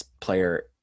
player